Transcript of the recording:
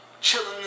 chilling